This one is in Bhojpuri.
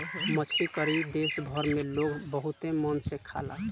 मछरी करी देश भर में लोग बहुते मन से खाला